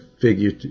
figure